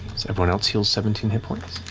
everyone else heals seventeen hit points,